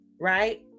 right